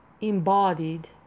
embodied